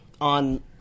on